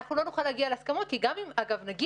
אנחנו לא נוכל להגיע להסכמה כי גם אם נגיע